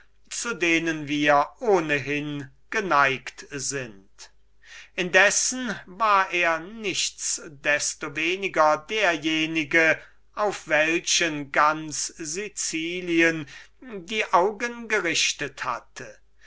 zu denen wir ohnehin geneigt sind indessen war er nichts desto weniger derjenige auf welchen ganz sicilien die augen gerichtet hatte